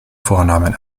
vornamen